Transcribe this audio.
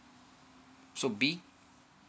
so be